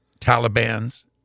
Taliban's